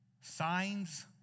Signs